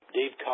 Dave